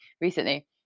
recently